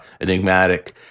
enigmatic